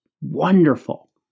wonderful